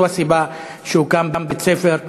זו הסיבה שהוקם בית-ספר בצפת.